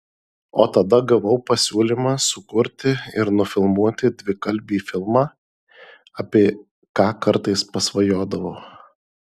o tada gavau pasiūlymą sukurti ir nufilmuoti dvikalbį filmą apie ką kartais pasvajodavau